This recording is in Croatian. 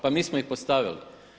Pa mi smo ih postavili.